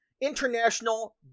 International